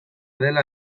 dela